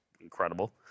incredible